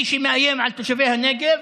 מי שמאיים על תושבי הנגב